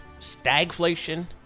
stagflation